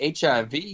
HIV